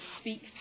speak